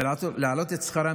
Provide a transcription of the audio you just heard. ולהעלות את שכרם